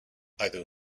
either